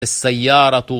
السيارة